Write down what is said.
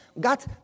got